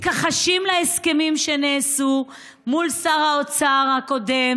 מתכחשים להסכמים שנעשו מול שר האוצר הקודם